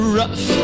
rough